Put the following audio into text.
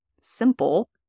simple